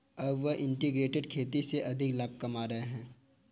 अब वह इंटीग्रेटेड खेती से अधिक लाभ कमा रहे हैं